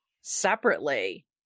separately